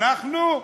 אנחנו,